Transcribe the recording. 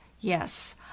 yes